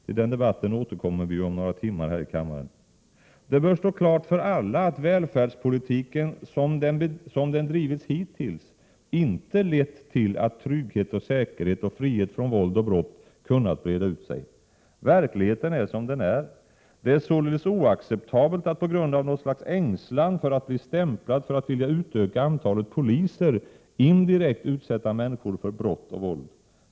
Till den debatten återkommer vi ju om några timmar här i kammaren. Det bör stå klart för alla att välfärdspolitiken, såsom den drivits hittills, inte lett till att trygghet och säkerhet och frihet från våld och brott kunnat breda ut sig. Verkligheten är som den är. Det är således oacceptabelt att, på grund av något slags ängslan för att bli stämplad för att vilja utöka antalet poliser, indirekt utsätta människor för brott och våld.